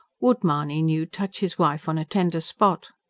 would, mahony knew, touch his wife on a tender spot.